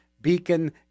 Beacon